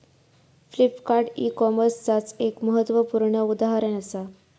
Flipkart e कॉमर्सचाच एक महत्वपूर्ण उदाहरण असा